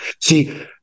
See